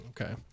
okay